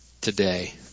today